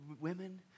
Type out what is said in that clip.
women